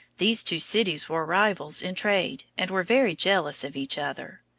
these two cities were rivals in trade, and were very jealous of each other.